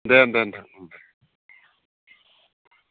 दे दे नोंथां ओं दे